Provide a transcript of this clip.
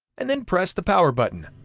and then press the power button.